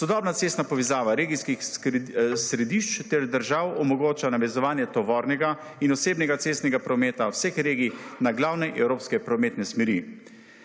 Sodobna cestna povezava regijskih središč ter držav omogoča navezovanje tovornega in osebnega cestnega prometa vseh regij na glavne evropske prometne smeri.